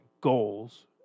goals